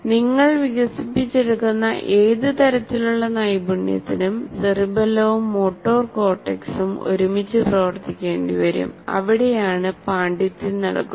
നിങ്ങൾ വികസിപ്പിച്ചെടുക്കുന്ന ഏത് തരത്തിലുള്ള നൈപുണ്യത്തിനും സെറിബെല്ലവും മോട്ടോർ കോർട്ടെക്സും ഒരുമിച്ച് പ്രവർത്തിക്കേണ്ടിവരും അവിടെയാണ് പാണ്ഡിത്യം നടക്കുന്നത്